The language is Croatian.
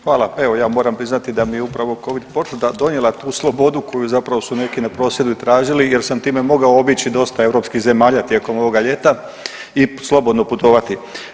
Hvala, hvala, evo ja moram priznati da mi je upravo Covid potvrda donijela tu slobodu koju zapravo su neki na prosvjedu i tražili jer sam time mogao obići dosta europskih zemalja tijekom ovoga ljeta i slobodno putovati.